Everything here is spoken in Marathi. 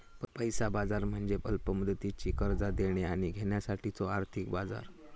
पैसा बाजार म्हणजे अल्प मुदतीची कर्जा देणा आणि घेण्यासाठीचो आर्थिक बाजार